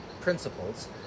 principles